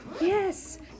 Yes